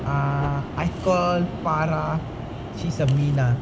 ah I call farah she's a minah